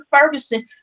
Ferguson